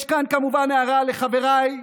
יש כאן כמובן הערה לחבריי כולם,